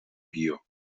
guió